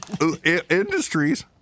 industries